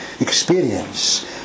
experience